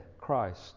Christ